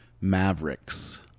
Mavericks